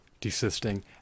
desisting